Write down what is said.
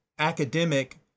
Academic